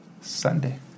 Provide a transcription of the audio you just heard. Sunday